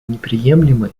неприемлемы